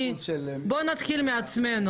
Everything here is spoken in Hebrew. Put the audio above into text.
בוא נתחיל מעצמנו,